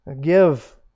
Give